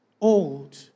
old